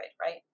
right